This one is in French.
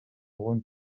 rhône